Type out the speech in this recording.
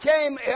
came